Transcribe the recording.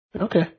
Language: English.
Okay